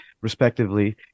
respectively